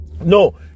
No